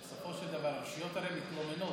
בסופו של דבר הרשויות האלה מתלוננות